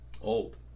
old